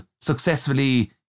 successfully